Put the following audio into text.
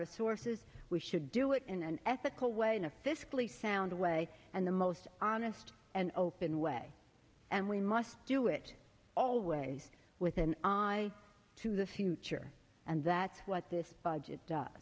resources we should do it in an ethical way in a fiscally sound way and the most honest and open way and we must do it always with an eye to the future and that's what this budget